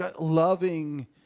Loving